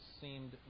seemed